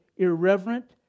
irreverent